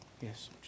yes